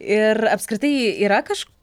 ir apskritai yra kaž